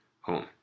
home